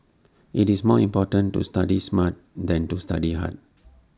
IT is more important to study smart than to study hard